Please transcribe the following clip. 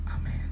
Amen